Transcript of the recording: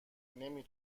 نمی